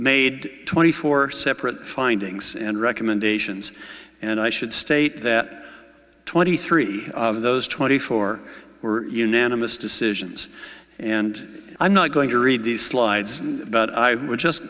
made twenty four separate findings and recommendations and i should state that twenty three of those twenty four were unanimous decisions and i'm not going to read these slides but i would just